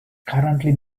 currently